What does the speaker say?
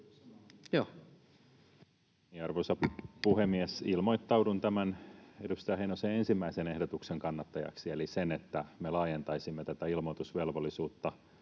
Arvoisa puhemies! Ilmoittaudun edustaja Heinosen ensimmäisen ehdotuksen kannattajaksi eli sen, että me laajentaisimme tätä ilmoitusvelvollisuutta,